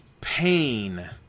pain